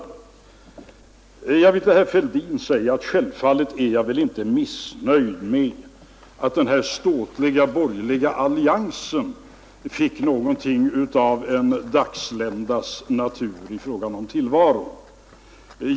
Vidare vill jag säga till herr Fälldin att jag självfallet inte är missnöjd med att den ståtliga borgerliga alliansen fick något av en dagsländas korta levnad.